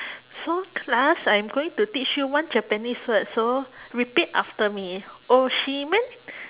so class I'm going to teach you one japanese word so repeat after me